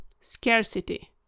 scarcity